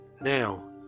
now